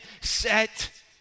set